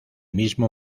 mismo